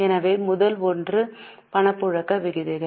எனவே முதல் ஒன்று பணப்புழக்க விகிதங்கள்